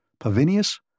Pavinius